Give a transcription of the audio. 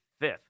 fifth